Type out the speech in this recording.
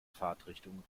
fahrtrichtung